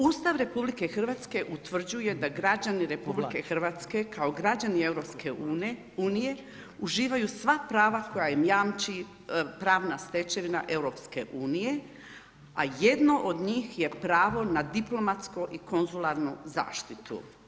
Ustav RH utvrđuje da građani RH kao građani EU uživaju sva prava koja im jamči pravna stečevina EU a jedno od njih je pravo na diplomatsku i konzularnu zaštitu.